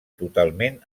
totalment